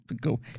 Go